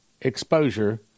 exposure